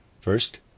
first